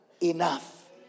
enough